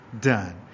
done